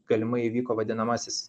galimai įvyko vadinamasis